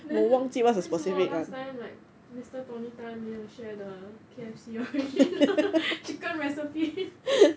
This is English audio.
then 为什么 last time right mister tony tan 没有 share the K_F_C [one] chicken recipe